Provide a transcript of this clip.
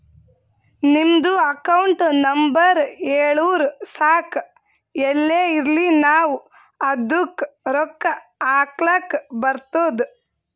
ನಿಮ್ದು account number ಹೇಳುರು ಸಾಕ್ ಎಲ್ಲೇ ಇರ್ಲಿ ನಾವೂ ಅದ್ದುಕ ರೊಕ್ಕಾ ಹಾಕ್ಲಕ್ ಬರ್ತುದ್